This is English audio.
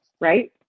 right